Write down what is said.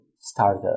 starter